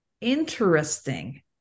interesting